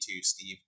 Steve